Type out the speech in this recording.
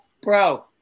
Bro